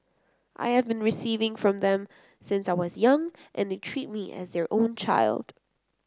I have been receiving from them since I was young and they treat me as their own child